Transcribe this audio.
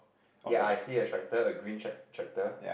ya I see a tractor a green trac~ tractor